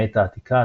מהעת העתיקה,